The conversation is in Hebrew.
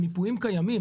המיפויים קיימים,